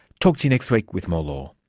talk to you next week with more law